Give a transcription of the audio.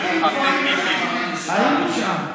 היינו שם.